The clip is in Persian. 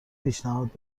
پیشنهاد